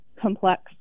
complex